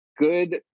good